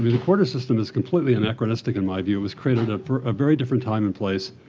the quarter system is completely anachronistic in my view. it was created ah for a very different time and place,